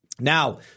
Now